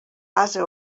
ase